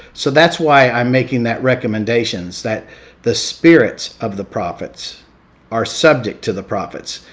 so that's why i'm making that recommendations. that the spirits of the prophets are subject to the prophets.